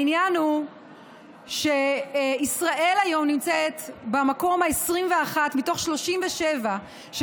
העניין הוא שישראל היום נמצאת במקום ה-21 מתוך 37 של